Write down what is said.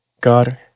God